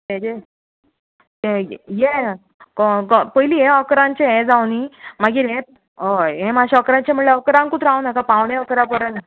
तेजे तें हें को को पयलीं हें अकरांचे हें जावनी मागीर हें हय हें मात्शें अकराचे म्हल्यार अकरांकूत रावनाका पावणें अकरा परेन